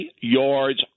yards